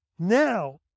Now